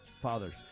fathers